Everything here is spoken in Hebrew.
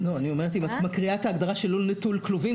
אם את מקריאה את ההגדרה של לול נטול כלובים,